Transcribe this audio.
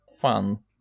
fun